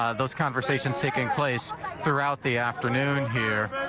ah those conversations taking place throughout the afternoon here.